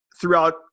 throughout